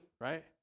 right